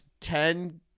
ten